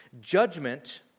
Judgment